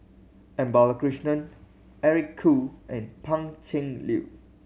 M Balakrishnan Eric Khoo and Pan Cheng Lui